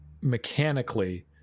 mechanically